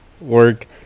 work